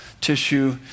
tissue